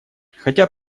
хотя